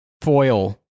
foil